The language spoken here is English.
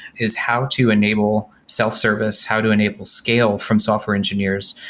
is how to enable self-service, how to enable scale from software engineers,